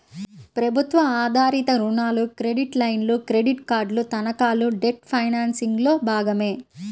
ప్రభుత్వ ఆధారిత రుణాలు, క్రెడిట్ లైన్లు, క్రెడిట్ కార్డులు, తనఖాలు డెట్ ఫైనాన్సింగ్లో భాగమే